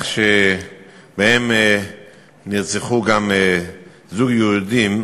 שבו נרצח גם זוג יהודים,